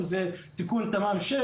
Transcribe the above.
אם זה תיקון תמ"מ 6,